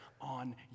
on